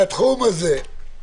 זה נוגע להצבעה ברכב.